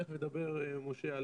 תיכף ידבר משה על ההולכה.